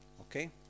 okay